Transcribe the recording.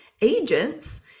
agents